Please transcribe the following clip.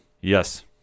Yes